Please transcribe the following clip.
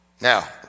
Now